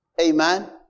Amen